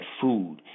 food